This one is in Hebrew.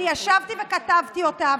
אני ישבתי וכתבתי אותה.